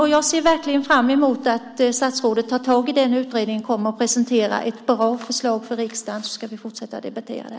Och jag ser verkligen fram emot att statsrådet tar tag i detta så att den utredningen kommer att presentera ett bra förslag för riksdagen, så ska vi fortsätta att debattera det.